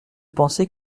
penser